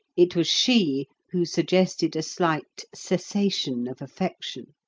it was she who suggested a slight cessation of affection.